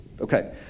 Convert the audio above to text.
Okay